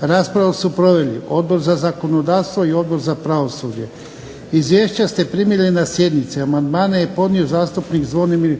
Raspravu su proveli Odbor za zakonodavstvo i Odbor za pravosuđe. Izvješća ste primili na sjednici. Amandmane je podnio zastupnik Zvonimir